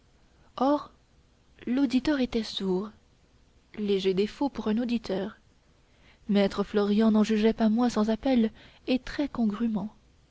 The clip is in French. l'auditeur était sourd léger défaut pour un auditeur maître florian n'en jugeait pas moins sans appel et très congrûment